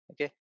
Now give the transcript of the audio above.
okay